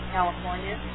California